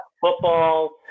football –